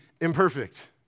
imperfect